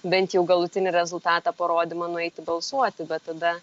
bent jau galutinį rezultatą parodymą nueiti balsuoti bet tada